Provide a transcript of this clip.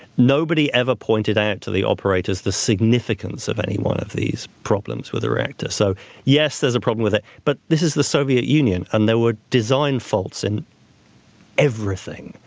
nobody ever pointed out to the operators the significance of any one of these problems with the reactor. so yes, there's a problem with it. but this is the soviet union and there were design faults in everything.